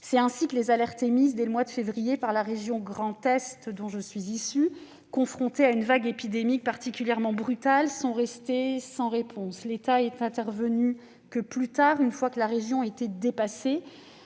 C'est ainsi que les alertes émises dès le mois de février dernier par la région du Grand Est, dont je suis issue, confrontée à une vague épidémique particulièrement brutale, sont restées sans réponse. L'État n'est intervenu que plus tard, une fois que la région était dépassée.